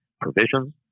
provisions